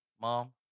mom